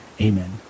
Amen